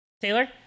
Taylor